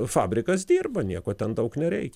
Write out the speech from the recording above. fabrikas dirba nieko ten daug nereik